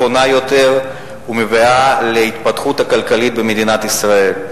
קונה יותר ומביאה להתפתחות כלכלית במדינת ישראל.